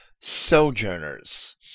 sojourners